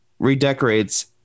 redecorates